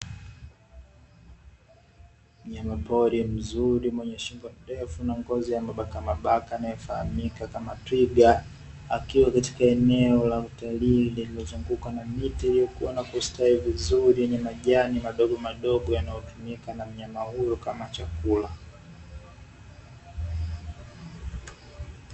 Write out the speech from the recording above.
Mnyama pori mzuri mwenye shingo ndefu na ngozi ya mabaka mabaka anayefahamika kama twiga, akiwa katika eneo la utalii lililozunguka na miti iliyokuwa na kustawi vizuri, lenye majani madogo madogo yanayotumika na mnyama huyo kama chakula.